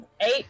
eight